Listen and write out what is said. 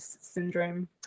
syndrome